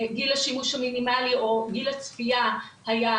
גיל השימוש המינימלי או גיל הצפייה המינימלי המומלץ